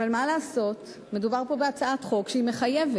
אבל מה לעשות, מדובר פה בהצעת חוק שהיא מחייבת,